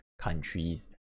countries